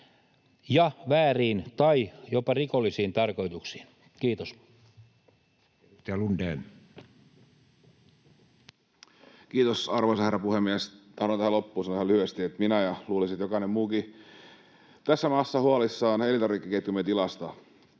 ja vääriin tai jopa rikollisiin tarkoituksiin. — Kiitos. Edustaja Lundén. Kiitos, arvoisa herra puhemies! Tahdon tähän loppuun sanoa ihan lyhyesti, että minä olen — ja luulisin, että jokainen muukin on tässä maassa — huolissani elintarvikeketjumme tilasta.